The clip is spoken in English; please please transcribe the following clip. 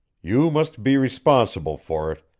you must be responsible for it,